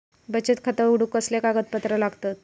बचत खाता उघडूक कसले कागदपत्र लागतत?